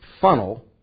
funnel